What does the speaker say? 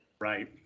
Right